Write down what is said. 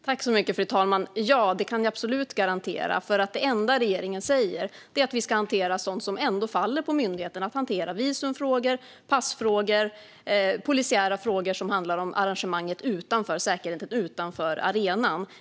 Fru talman! Ja, det kan jag absolut garantera. Det enda regeringen säger är att vi ska hantera sådant som det ändå faller på myndigheterna att hantera: visumfrågor, passfrågor och polisiära frågor som handlar om säkerheten utanför arenan.